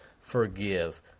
forgive